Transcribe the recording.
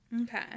Okay